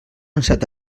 ansat